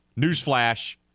Newsflash